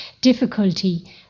difficulty